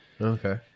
Okay